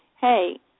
hey